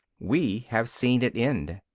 we have seen it end.